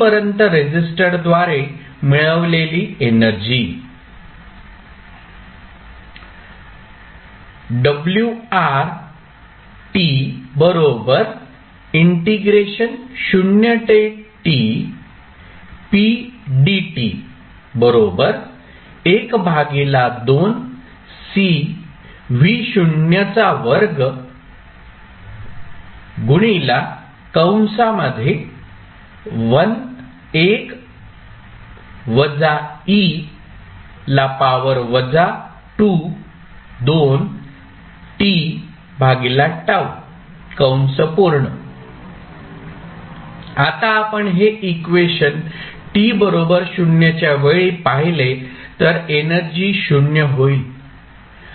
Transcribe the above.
पर्यंत रेसिस्टरद्वारे मिळवलेली एनर्जी आता आपण हे इक्वेशन t बरोबर 0 च्या वेळी पाहिले तर एनर्जी 0 होईल